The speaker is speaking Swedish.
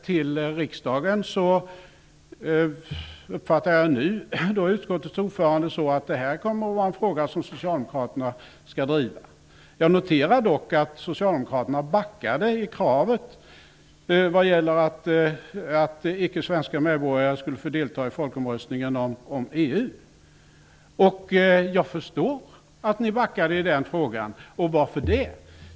Jag uppfattar utskottets ordförande så, att Socialdemokraterna kommer att driva frågan om invandrarnas rösträtt i riksdagsvalen. Jag noterar dock att Socialdemokraterna backade från kravet på att icke svenska medborgare skulle få delta i folkomröstningen om EU. Jag förstår att ni backade i den frågan. Varför gör jag det?